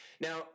now